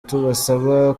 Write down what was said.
kubasaba